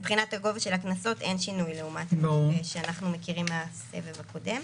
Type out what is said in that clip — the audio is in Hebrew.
מבחינת גובה הקנסות אין שינוי שאנחנו מכירים מהסבב הקודם.